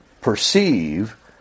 perceive